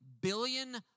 billion